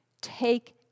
Take